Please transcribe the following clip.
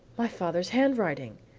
my father's handwriting!